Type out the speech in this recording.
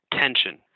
tension